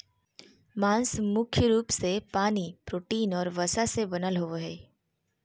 मांस मुख्य रूप से पानी, प्रोटीन और वसा से बनल होबो हइ